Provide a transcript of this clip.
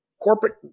corporate